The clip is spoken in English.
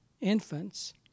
infants